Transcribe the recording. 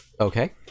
Okay